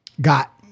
got